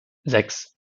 sechs